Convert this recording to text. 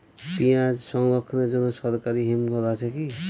পিয়াজ সংরক্ষণের জন্য সরকারি হিমঘর আছে কি?